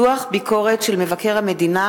דוח ביקורת של מבקר המדינה,